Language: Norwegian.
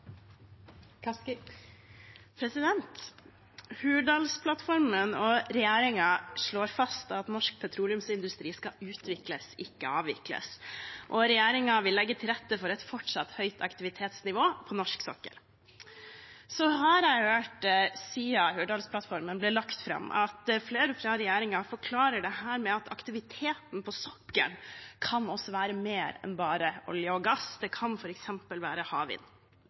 Hurdalsplattformen og regjeringen slår fast at norsk petroleumsindustri skal utvikles, ikke avvikles, og regjeringen vil legge til rette for et fortsatt høyt aktivitetsnivå på norsk sokkel. Siden Hurdalsplattformen ble lagt fram, har jeg hørt at flere fra regjeringen forklarer dette med at aktiviteten på sokkelen også kan være mer enn bare olje og gass. Det kan f.eks. være havvind.